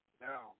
Now